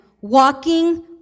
walking